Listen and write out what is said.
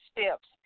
steps